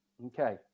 Okay